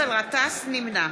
נמנע